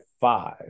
five